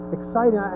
exciting